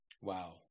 Wow